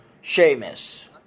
Sheamus